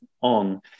on